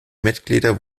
mitglieder